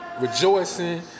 rejoicing